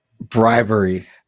bribery